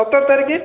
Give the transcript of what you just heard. ସତର ତାରିଖ